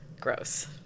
gross